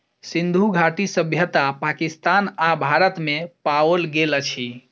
सिंधु घाटी सभ्यता पाकिस्तान आ भारत में पाओल गेल अछि